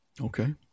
Okay